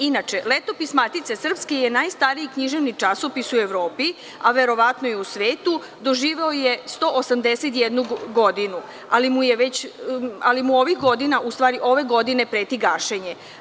Inače, Letopis Matice srpske je najstariji književni časopis u Evropi, a verovatno i u svetu, doživeo je 181 godinu, ali mu ove godine preti gašenje.